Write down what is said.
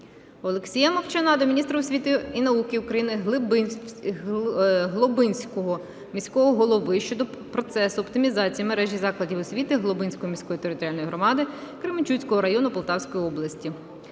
Олексія Мовчана до міністра освіти і науки України, Глобинського міського голови щодо процесу оптимізації мережі закладів освіти Глобинської міської територіальної громади Кременчуцького району Полтавської області.